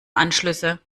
anschlüsse